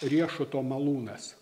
riešuto malūnas